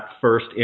first